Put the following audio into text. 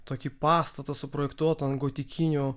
tokį pastatą suprojektuotą ant gotikinių